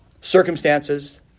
circumstances